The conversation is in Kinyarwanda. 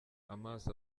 amaso